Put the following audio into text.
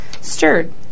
Stirred